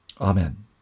Amen